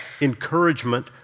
encouragement